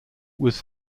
was